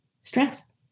stress